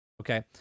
Okay